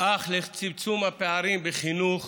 אך לצמצום הפערים בחינוך